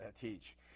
teach